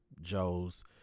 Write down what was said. Joe's